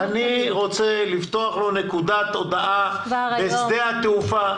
אני רוצה לפתוח לו נקודת הודעה בשדה התעופה.